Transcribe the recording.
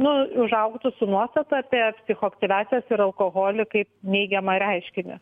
nu užaugtų su nuostata apie psichoaktyviąsias ir alkoholį kaip neigiamą reiškinį